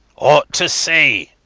ought to see.